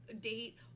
date